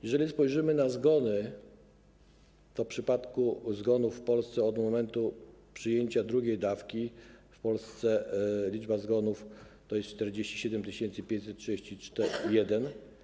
Jeżeli spojrzymy na zgony, to w przypadku zgonów w Polsce od momentu przyjęcia drugiej dawki w Polsce liczba zgonów wynosi 47 531.